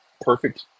perfect